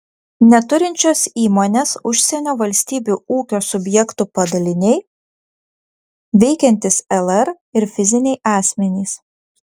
neturinčios įmonės užsienio valstybių ūkio subjektų padaliniai veikiantys lr ir fiziniai asmenys